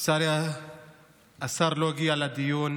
לצערי השר לא הגיע לדיון,